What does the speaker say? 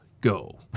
go